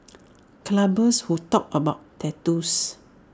clubbers who talk about tattoos